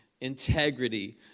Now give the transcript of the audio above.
integrity